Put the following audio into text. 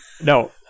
No